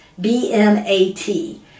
B-M-A-T